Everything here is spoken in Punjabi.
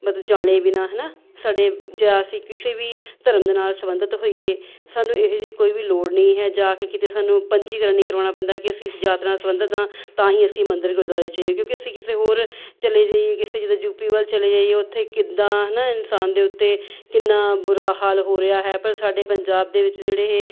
ਮਤਲਬ ਜਾਣੇ ਬਿਨਾਂ ਹੈ ਨਾ ਸਾਡੇ ਜਾਂ ਅਸੀਂ ਕਿਸੇ ਵੀ ਧਰਮ ਦੇ ਨਾਲ਼ ਸੰਬੰਧਿਤ ਹੋਈਏ ਸਾਨੂੰ ਇਹੋ ਜਿਹੀ ਕੋਈ ਵੀ ਲੋੜ ਨਹੀਂ ਹੈ ਜਾਂ ਫਿਰ ਕਿਤੇ ਸਾਨੂੰ ਪੰਜੀਕਰਨ ਨਹੀਂ ਕਰਵਾਉਣਾ ਪੈਂਦਾ ਕਿ ਅਸੀਂ ਇਸ ਜਾਤ ਨਾਲ਼ ਸੰਬੰਧਿਤ ਹਾਂ ਤਾਂ ਹੀ ਅਸੀਂ ਮੰਦਰ ਗੁਰਦੁਆਰੇ 'ਚ ਕਿਉਂਕਿ ਅਸੀਂ ਕਿਸੇ ਹੋਰ ਚਲੇ ਜਾਈਏ ਕਿਸੇ ਜਿੱਦਾਂ ਯੂ ਪੀ ਵੱਲ ਚਲੇ ਜਾਈਏ ਉੱਥੇ ਕਿੱਦਾਂ ਹੈ ਨਾ ਇਨਸਾਨ ਦੇ ਉੱਤੇ ਕਿੰਨਾ ਬੁਰਾ ਹਾਲ ਹੋ ਰਿਹਾ ਹੈ ਪਰ ਸਾਡੇ ਪੰਜਾਬ ਦੇ ਵਿੱਚ ਜਿਹੜੇ ਇਹ